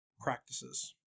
practices